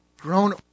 grown